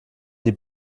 die